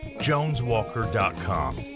joneswalker.com